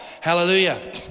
Hallelujah